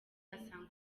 asanga